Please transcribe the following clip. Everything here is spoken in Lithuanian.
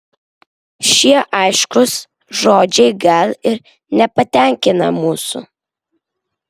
šie aiškūs žodžiai gal ir nepatenkina mūsų